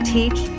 Teach